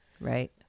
Right